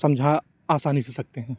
سمجھا آسانی سے سکتے ہیں